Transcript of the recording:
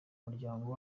muryango